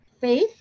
faith